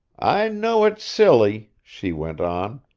i know it's silly, she went on,